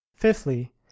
Fifthly